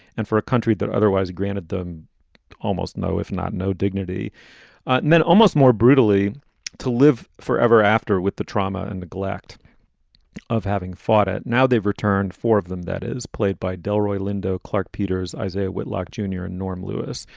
and for a country that otherwise granted them almost no, if not no dignity and then almost more brutally to live forever after with the trauma and neglect of having fought it. now they've returned four of them. that is played by delroy lindo, clark peters, isaiah whitlock junior and norm lewis.